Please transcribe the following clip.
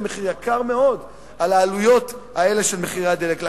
מחיר יקר מאוד על העליות האלה של מחירי הדלק.